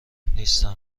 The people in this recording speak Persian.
نیستم